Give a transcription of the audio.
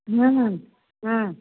नै नै हूँ